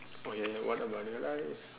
oh ya ya what about your life